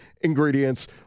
ingredients